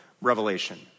revelation